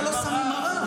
אתה לא שם לי מראה.